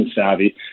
savvy